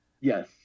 Yes